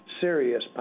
serious